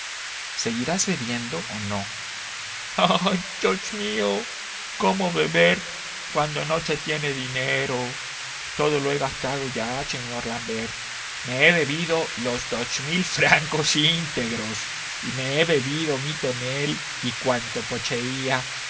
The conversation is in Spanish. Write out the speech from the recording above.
seguirás bebiendo o no ah dios mío cómo beber cuando no se tiene dinero todo lo he gastado ya señor l'ambert me he bebido los dos mil francos íntegros me he bebido mi tonel y cuánto poseía